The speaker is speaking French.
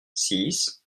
six